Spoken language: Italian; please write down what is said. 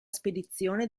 spedizione